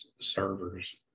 servers